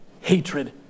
Hatred